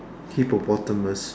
hippopotamus